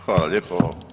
Hvala lijepo.